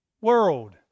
world